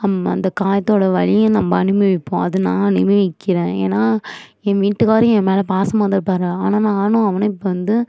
அந்த காயத்தோட வலியை நம்ம அனுபவிப்போம் அது நான் அனுபவிக்கிறேன் ஏன்னா ஏன் வீட்டுக்காரர் ஏன் மேலே பாசமாகதான் இருப்பார் ஆனால் நானும் அவனும் இப்போ வந்து